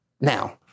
Now